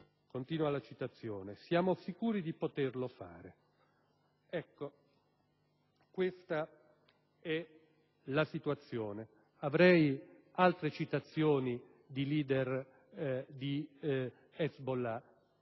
di Nasrallah - «Siamo sicuri di poterlo fare». Ecco, questa è la situazione. Avrei altre citazioni di *leader* di Hezbollah,